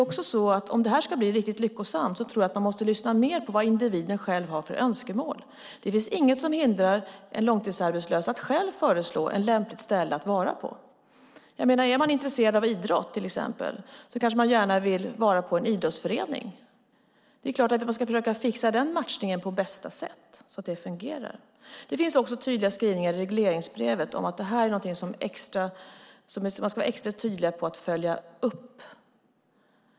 Om det här ska bli riktigt lyckosamt tror jag även att man måste lyssna mer på vad individen själv har för önskemål. Det finns inget som hindrar en långtidsarbetslös att själv föreslå ett lämpligt ställe att vara på. Den som till exempel är intresserad av idrott kanske gärna vill vara på en idrottsförening, och det är klart att man ska försöka fixa denna matchning på bästa sätt så att det fungerar. Det finns också tydliga skrivningar i regleringsbrevet om att detta är något man ska vara extra tydlig med att följa upp.